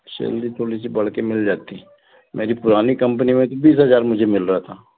salary थोड़ी सी बढ़ के मिल जाती मेरी पुरानी कंपनी में तो बीस हजार मुझे मिल रहा था